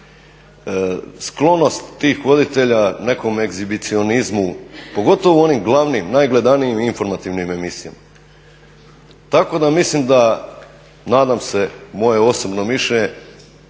sklonost tih voditelja nekom egzibicionizmu pogotovo u onim glavnim najgledanijim informativnim emisijama. Tako da mislim i nadam se i moje je osobno mišljenje